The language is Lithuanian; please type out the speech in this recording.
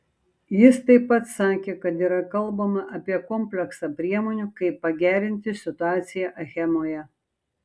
jis taip pat sakė kad yra kalbama apie kompleksą priemonių kaip pagerinti situaciją achemoje